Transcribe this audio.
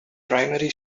primary